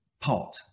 pot